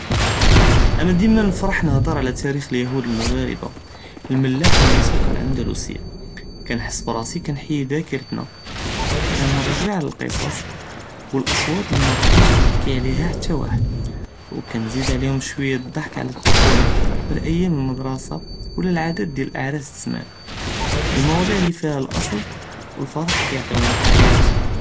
אנא דימה נפרח נהדר עלא תאריח אלמע׳ארבה אלמלאח ואלמוסיקא לאנדלוסיה، כנחס בראסי כנחי דכירתנא וכנרזע אלקצצ ולאצوات לי מאבקאתישׁ כיייחכי עליהא חתא ואחד، וכנזיד עליהום שוויה דח׳כ עלא טפות׳ולה ואיאם אלמדראסה ולא אלעאדאת דיאל אעראס זמאנ, אלמואצ׳יע לי פיהא לאצל ואלפרח כיעטונִי אלחיאת.